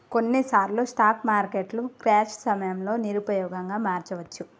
కొన్నిసార్లు స్టాక్ మార్కెట్లు క్రాష్ సమయంలో నిరుపయోగంగా మారవచ్చు